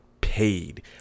paid